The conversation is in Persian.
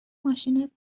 ماشینت